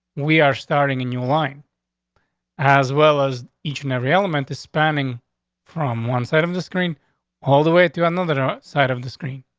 we are starting a and new line as well as each and every element is spanning from one side of the screen all the way to another ah side of the screen.